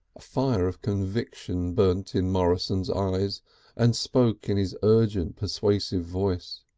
a fire of conviction burnt in morrison's eyes and spoke in his urgent persuasive voice